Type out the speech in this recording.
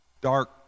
dark